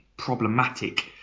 Problematic